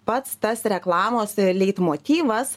pats tas reklamos leitmotyvas